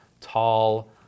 tall